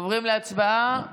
עוברים להצבעה